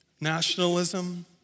nationalism